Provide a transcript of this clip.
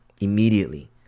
Immediately